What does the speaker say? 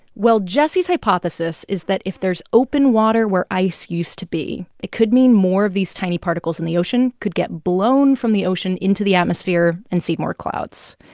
well, jessie's hypothesis is that if there's open water where ice used to be, it could mean more of these tiny particles in the ocean could get blown from the ocean into the atmosphere and see more clouds.